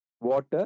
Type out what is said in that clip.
water